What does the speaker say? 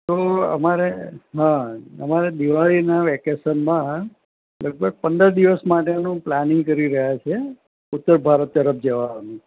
તો અમારે હા અમારે દિવાળીના વેકેશનમાં લગભગ પંદર દિવસ માટેનું પ્લાનિંગ કરી રહ્યા છે ઉત્તર ભારત તરફ જવાનું